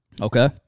Okay